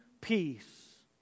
peace